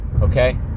okay